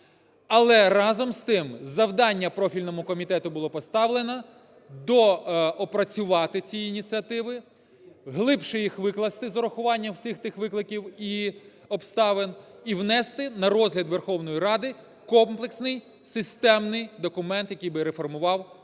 але разом з тим завдання профільному комітету було поставлено доопрацювати ці ініціативи, глибше їх викласти з урахуванням всіх тих викликів і обставин і внести на розгляд Верховної Ради комплексний системний документ, який би реформував цю сферу.